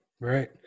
Right